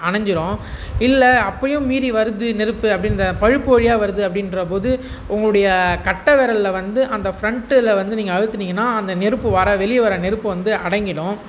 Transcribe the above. அணஞ்சுரும் இல்லை அப்படியும் மீறி வருது நெருப்பு அப்டே இந்த பழுப்பு வழிய வருது அப்படின்ற போது உங்களுடைய கட்டை விரலில் வந்து அந்த ஃப்ரெண்ட்டில் வந்து நீங்கள் அழுத்துணிங்கன்னா அந்த நெருப்பு வர வெளியே வர நெருப்பு வந்து அடங்கிவிடும்